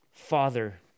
Father